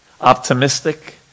optimistic